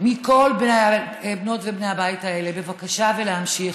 מכל בנות ובני הבית הזה, בבקשה להמשיך,